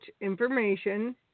information